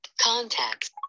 contacts